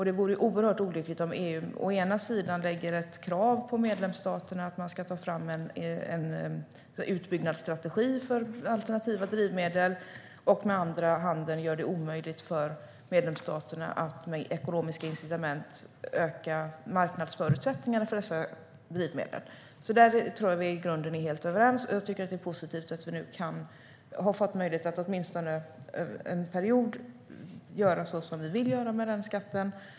Det vore oerhört olyckligt om EU å ena sidan lägger fram ett krav på medlemsstaterna att ta fram en utbyggnadsstrategi för alternativa drivmedel och å andra sidan gör det omöjligt för medlemsstaterna att med ekonomiska incitament öka marknadsförutsättningarna för dessa drivmedel. Där tror jag alltså att vi är helt överens. Det är positivt att vi nu har fått möjlighet att åtminstone under en period göra som vi vill med den skatten.